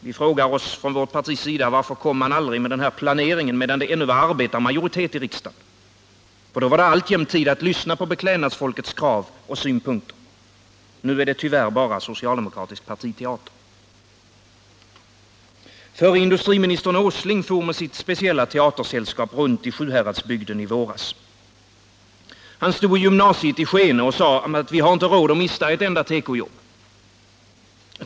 Vi frågar oss från vårt partis sida varför man aldrig kom med den här planeringen medan det ännu var arbetarmajoritet i riksdagen, för då var det alltjämt tid att lyssna på beklädnadsfolkets krav och synpunkter. Nu är det bara socialdemokratisk partiteater. Förre industriministern Åsling for med sitt speciella teatersällskap runt i Sjuhäradsbygden i våras. Han stod i gymnasiet i Skene och sade att vi har inte råd att mista ett enda tekojobb.